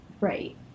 Right